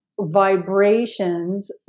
vibrations